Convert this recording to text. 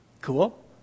Cool